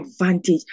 advantage